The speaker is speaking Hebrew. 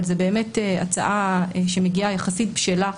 אבל זאת באמת הצעה שמגיעה יחסית בשלה,